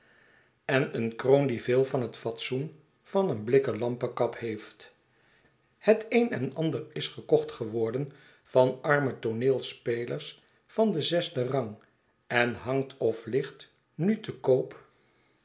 en een kroon die veel van het fatsoen van eenblikken lampekap heeft het een en ander is gekocht geworden van arme tooneelspelers van den zesden rang en hangt of ligt nu te koop